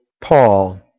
Paul